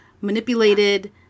manipulated